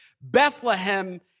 Bethlehem